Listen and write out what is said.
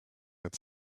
had